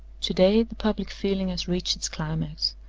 to-day the public feeling has reached its climax,